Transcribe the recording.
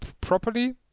Properly